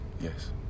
Yes